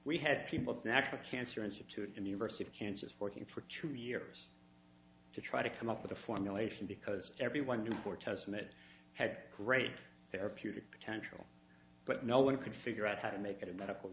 we had people national cancer institute university of kansas working for two years to try to come up with a formulation because everyone knew for testing it had great therapeutic potential but no one could figure out how to make it a medical